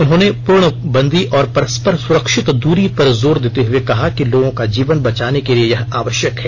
उन्होंने पूर्णबंदी तथा परस्पर सुरक्षित दूरी पर जोर देते हुए कहा कि लोगों का जीवन बचाने के लिए यह आवश्यक है